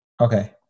Okay